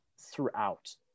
throughout